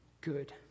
good